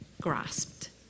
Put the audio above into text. grasped